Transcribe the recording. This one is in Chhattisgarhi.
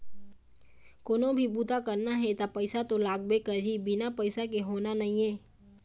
कोनो भी बूता करना हे त पइसा तो लागबे करही, बिना पइसा के होना नइ हे